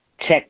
Check